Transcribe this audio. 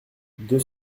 deux